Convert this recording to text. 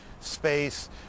space